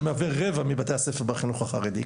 שמהווה רבע מבתי הספר בחינוך החרדי,